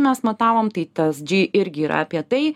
mes matavom tai tas džy irgi yra apie tai